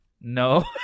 No